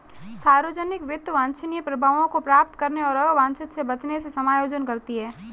सार्वजनिक वित्त वांछनीय प्रभावों को प्राप्त करने और अवांछित से बचने से समायोजन करती है